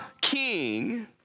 king